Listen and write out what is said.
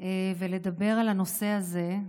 ולדבר על הנושא הזה.